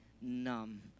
numb